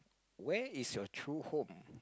where is your true home